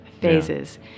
phases